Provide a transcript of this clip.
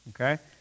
okay